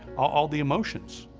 all the emotions.